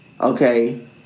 Okay